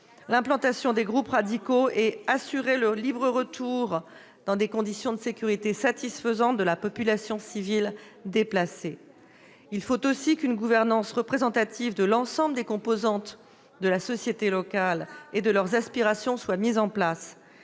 l'implantation des groupes radicaux et assurer le libre retour dans des conditions de sécurité de la population civile déplacée. Blabla ... Il faut aussi qu'une gouvernance représentative de l'ensemble des composantes de la société locale et de leurs aspirations soit mise en place.